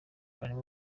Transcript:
abarimu